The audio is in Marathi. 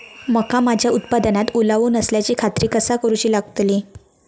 मका माझ्या उत्पादनात ओलावो नसल्याची खात्री कसा करुची लागतली?